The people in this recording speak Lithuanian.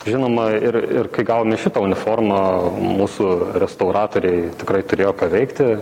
žinoma ir ir kai gavome šitą uniformą mūsų restauratoriai tikrai turėjo ką veikti